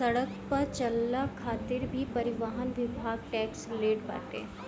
सड़क पअ चलला खातिर भी परिवहन विभाग टेक्स लेट बाटे